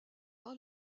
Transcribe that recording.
par